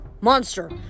monster